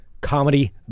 comedy